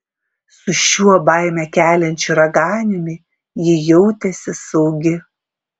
su šiuo baimę keliančiu raganiumi ji jautėsi saugi